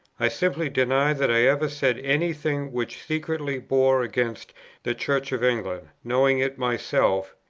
i simply deny that i ever said any thing which secretly bore against the church of england, knowing it myself,